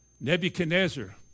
Nebuchadnezzar